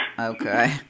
Okay